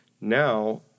now